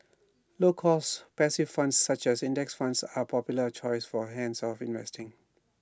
low cost passive funds such as index funds are popular choice for hands off investing